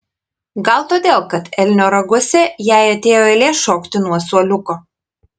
gal todėl kad elnio raguose jai atėjo eilė šokti nuo suoliuko